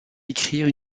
écrire